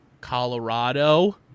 colorado